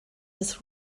des